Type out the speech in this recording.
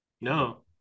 No